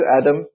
Adam